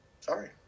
Sorry